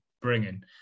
bringing